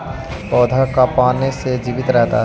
पौधा का पाने से जीवित रहता है?